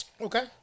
Okay